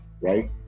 right